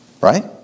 Right